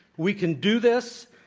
we can do this,